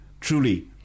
Truly